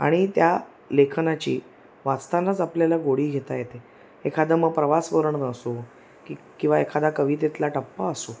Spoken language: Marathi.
आणि त्या लेखनाची वाचतानाच आपल्याला गोडी घेता येते एखादं मग प्रवासवर्णन असो की किंवा एखादा कवितेला टप्पा असो